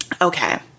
Okay